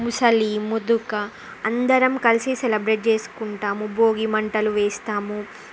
ముసలి ముదుక అందరం కలిసి సెలబ్రేట్ చేసుకుంటాము భోగి మంటలు వేస్తాము